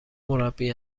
مربی